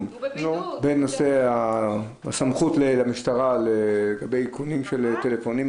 בנושא סמכות המשטרה באיכונים של טלפונים,